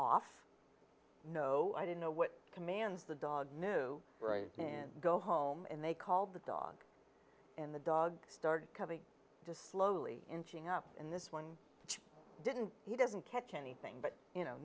off no i didn't know what commands the dog knew right and go home and they called the dog in the dog started to slowly inching up in this one didn't he doesn't catch anything but you know